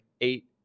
eight